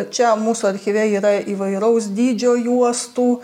čia mūsų archyve yra įvairaus dydžio juostų